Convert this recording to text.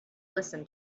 listen